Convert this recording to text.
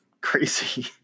crazy